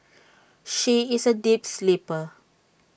she is A deep sleeper